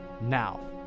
Now